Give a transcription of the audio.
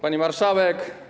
Pani Marszałek!